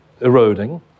eroding